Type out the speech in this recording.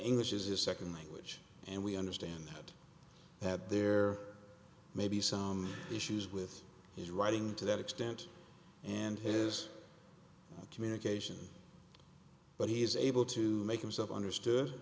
english is his second language and we understand that there may be some issues with his writing to that extent and his communication but he is able to make himself understood